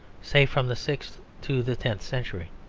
say from the sixth to the tenth century.